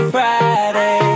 Friday